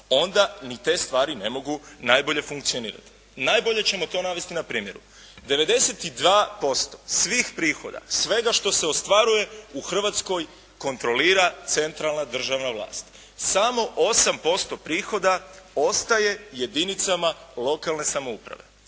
onda ni te stvari ne mogu najbolje funkcionirati. Najbolje ćemo to navesti na primjeru. 92% svih prihoda, svega što se ostvaruje u Hrvatskoj kontrolira centralna državna vlast. Samo 8% prihoda ostaje jedinicama lokalne samouprave